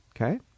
okay